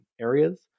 areas